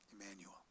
Emmanuel